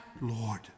Lord